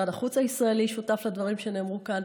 משרד החוץ הישראלי שותף לדברים שנאמרו כאן.